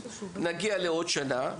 נגיע לעוד שנה,